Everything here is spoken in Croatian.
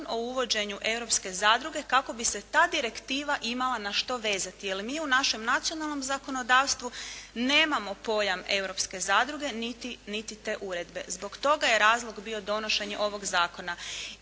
o uvođenju europske zadruge kako bi se ta direktiva imala na što vezati jer mi u našem nacionalnom zakonodavstvu nemamo pojam europske zadruge niti te uredbe. Zbog toga je razlog bio donošenje ovog zakona.